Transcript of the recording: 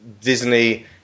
Disney